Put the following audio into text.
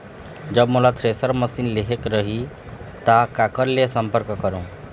जब मोला thresher machine लेहेक रही ता काकर ले संपर्क करों?